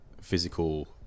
physical